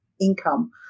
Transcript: income